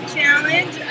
Challenge